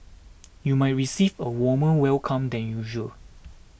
you might receive a warmer welcome than usual